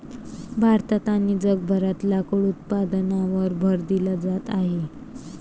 भारतात आणि जगभरात लाकूड उत्पादनावर भर दिला जात आहे